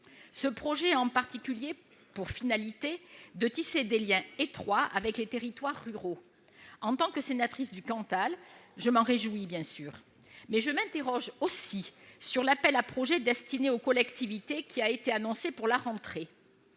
Ce projet a, en particulier, pour finalité de tisser des liens étroits avec les territoires ruraux. Bien sûr, en tant que sénatrice du Cantal, je m'en réjouis, mais je m'interroge aussi sur l'appel à projets destiné aux collectivités qui a été annoncé pour la rentrée.